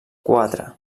quatre